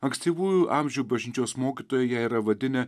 ankstyvųjų amžių bažnyčios mokytojai ją yra vadinę